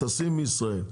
טסים מישראל,